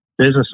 business